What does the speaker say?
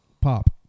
Pop